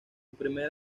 primer